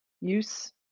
use